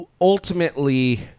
ultimately